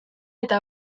eta